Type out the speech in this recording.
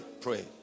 Pray